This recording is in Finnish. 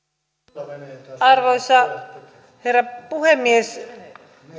arvoisa arvoisa herra puhemies